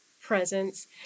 presence